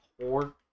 poor